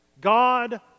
God